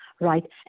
right